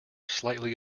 slightly